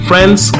Friends